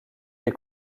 des